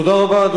תודה רבה.